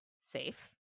safe